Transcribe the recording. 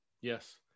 Yes